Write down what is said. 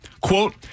Quote